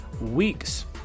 weeks